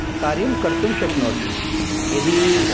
कार्यं कर्तुं शक्नोति यदि